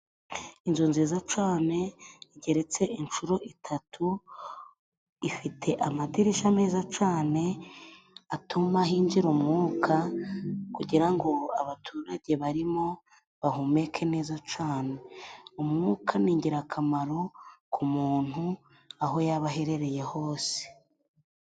Inzu nziza cane igeretse inshuro itatu, ifite amadirisha meza cane atuma hinjira umwuka kugira ngo abaturage barimo bahumeke neza cane. Umwuka ni ingirakamaro ku muntu aho yaba aherereye hose.